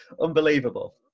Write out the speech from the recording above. Unbelievable